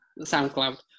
Soundcloud